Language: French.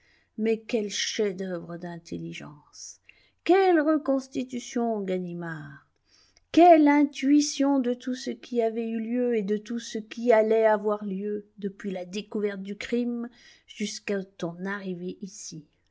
mais quel chef-d'œuvre d'intelligence quelle reconstitution ganimard quelle intuition de tout ce qui avait eu lieu et de tout ce qui allait avoir lieu depuis la découverte du crime jusqu'à ton arrivée ici